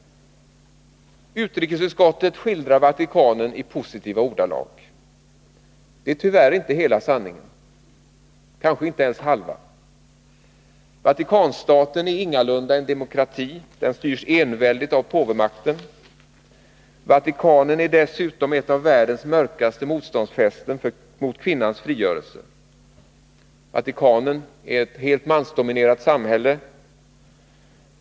Utrikesutskottet skildrar Vatikanen enbart i positiva ordalag. Det är inte hela sanningen — kanske inte ens halva. Vatikanstaten är ingalunda en demokrati. Den styrs enväldigt av påvemakten. Vatikanen är dessutom ett av världens mörkaste motståndsfästen mot kvinnans frigörelse. Den är ett helt mansdominerat samhälle.